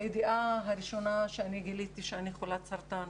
לידיעה הראשונה שאני גיליתי שאני חולת סרטן.